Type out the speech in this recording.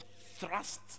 thrust